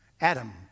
Adam